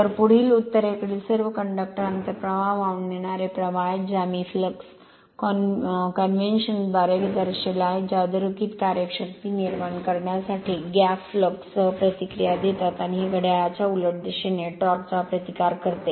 तर पुढील उत्तरेकडील सर्व कंडक्टर अंतःप्रवाह वाहून नेणारे प्रवाह आहेत ज्या मी फ्लक्स कॉन्व्हिजन द्वारे दर्शविल्या आहेत ज्या अधोरेखित कार्य शक्ती निर्माण करण्यासाठी गॅप फ्लक्स सह प्रतिक्रिया देतात आणि हे घड्याळाच्या उलट दिशेने टॉर्क चा प्रतिकार करते